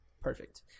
perfect